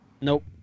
Nope